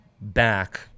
back